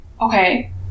Okay